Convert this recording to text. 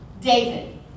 David